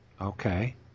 Okay